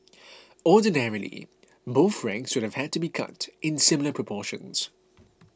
ordinarily both ranks would have had to be cut in similar proportions